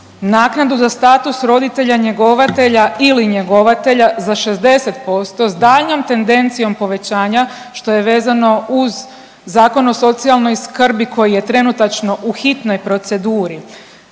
naknadu za status roditelja njegovatelja ili njegovatelja za 60% s daljnjom tendencijom povećanja što je vezano uz Zakon o socijalnoj skrbi koji je trenutačno u hitnoj proceduri,